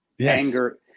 Anger